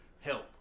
help